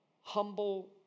humble